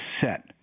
set